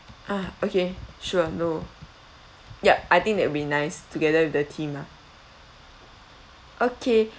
ah okay sure no yup I think that will be nice together with the theme ah okay